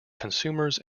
consumers